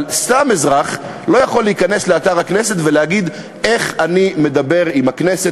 אבל סתם אזרח לא יכול להיכנס לאתר הכנסת ולהגיד: איך אני מדבר עם הכנסת,